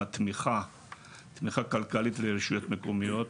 תמיכה כלכלית לרשויות מקומיות,